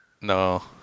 No